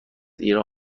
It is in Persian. ایران